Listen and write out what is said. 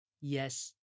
Yes